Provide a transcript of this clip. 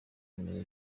kumenya